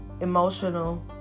emotional